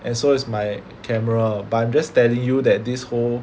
and so is my camera but I'm just telling you that this whole